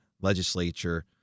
legislature